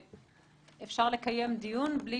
שאפשר לקיים דיון, בלי